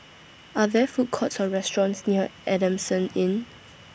Are There Food Courts Or restaurants near Adamson Inn